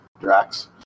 Drax